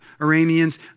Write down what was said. Arameans